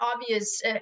obvious